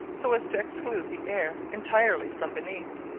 so as to exclude the air entirely from beneath.